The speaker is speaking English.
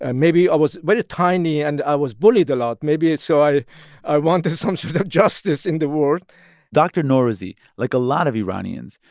and maybe i was very but tiny, and i was bullied a lot. maybe so i i wanted some sort of justice in the world dr. norouzi, like a lot of iranians,